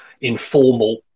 informal